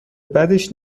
بدش